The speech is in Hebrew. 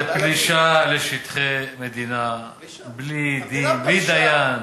זו פלישה לשטחי מדינה בלי דין ובלי דיין.